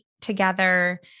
together